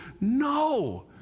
No